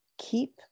keep